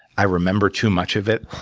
i remember too much of it.